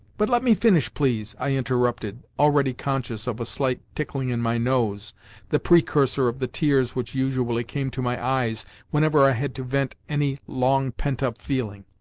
but let me finish, please, i interrupted, already conscious of a slight tickling in my nose the precursor of the tears which usually came to my eyes whenever i had to vent any long pent-up feeling.